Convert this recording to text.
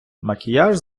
макіяж